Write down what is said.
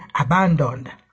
abandoned